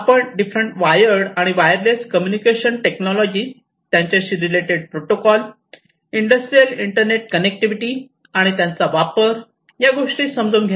आपण different wire आणि wireless communication technology त्यांच्याशी related protocol industrial internet connectivity आणि त्यांचा वापर या गोष्टी समजून घेतल्या